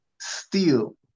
steal